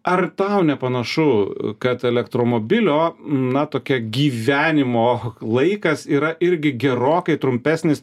ar tau nepanašu kad elektromobilio na tokia gyvenimo laikas yra irgi gerokai trumpesnis